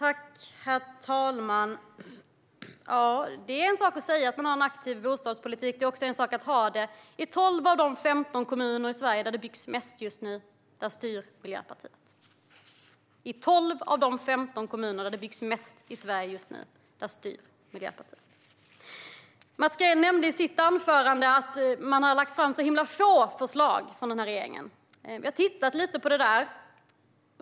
Herr talman! Det är en sak att säga att man har en aktiv bostadspolitik; det är en annan sak att faktiskt ha det. I 12 av de 15 kommuner i Sverige där det byggs mest just nu styr Miljöpartiet. Mats Green nämnde i sitt anförande att den här regeringen har lagt fram så himla få förslag. Vi har tittat lite på det.